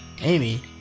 Amy